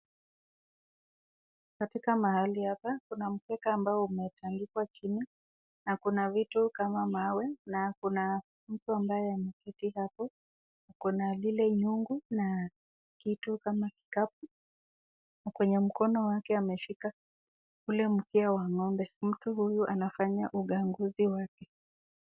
Katika mahali hapa kuna mkeka ambayo umetandikwa chini na kuna vitu kama mawe na kuna mtu ambaye ameketi hapo, kuna zile nyungu na kitu kama kikapu na kwenye mkono wake ameshika ule mkia wa Ng'ombe. Mtu huyu anafanya uganguzi wake.